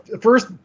first